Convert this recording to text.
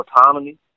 autonomy